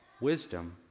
Wisdom